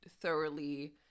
thoroughly